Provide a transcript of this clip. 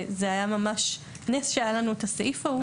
וזה היה ממש נס שהיה לנו את הסעיף ההוא.